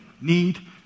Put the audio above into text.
need